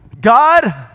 God